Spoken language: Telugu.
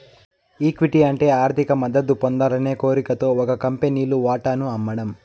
ఈక్విటీ అంటే ఆర్థిక మద్దతు పొందాలనే కోరికతో ఒక కంపెనీలు వాటాను అమ్మడం